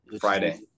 Friday